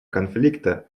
конфликта